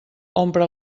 omple